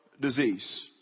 disease